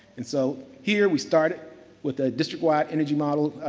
and so, here we started with a district wide energy model,